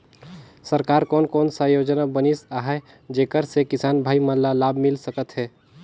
सरकार कोन कोन सा योजना बनिस आहाय जेकर से किसान भाई मन ला लाभ मिल सकथ हे?